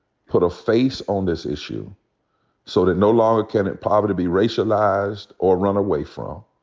put a face on this issue so that no longer can poverty be racialized or run away from.